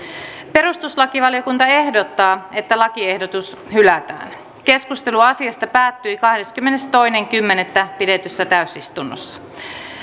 perustuslakivaliokunta ehdottaa että lakiehdotus hylätään keskustelu asiasta päättyi kahdeskymmenestoinen kymmenettä kaksituhattaviisitoista pidetyssä täysistunnossa